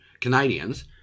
Canadians